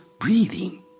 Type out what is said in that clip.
breathing